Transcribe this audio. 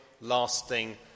lasting